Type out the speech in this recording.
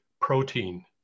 protein